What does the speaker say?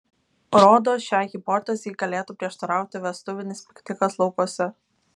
rodos šiai hipotezei galėtų prieštarauti vestuvinis piknikas laukuose